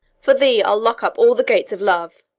for thee i'll lock up all the gates of love,